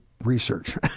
research